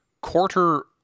Quarter